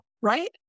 right